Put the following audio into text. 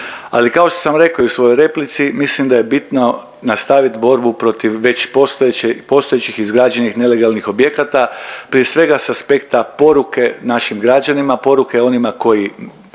Ali kao što sam rekao i u svojoj replici mislim da je bitno nastavit borbu protiv već postojeće, postojećih izgrađenih nelegalnih objekata prije svega s aspekta poruke našim građanima, poruke onima koji